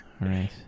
right